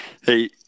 hey